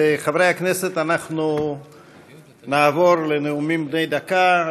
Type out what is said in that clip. חברי הכנסת, נעבור לנאומים בני דקה.